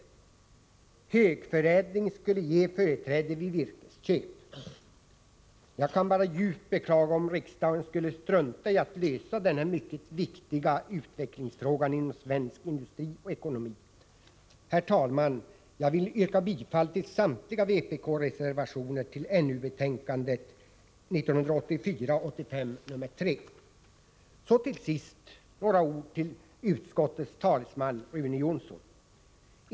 Högförädling skulle ge företräde vid virkesköp. Jag kan bara djupt beklaga om riksdagen skulle strunta i att lösa den här mycket viktiga utvecklingsfrågan inom svensk industri och ekonomi. Herr talman! Jag vill yrka bifall till samtliga vpk-reservationer till Så till sist några ord till utskottets talesman Rune Jonsson.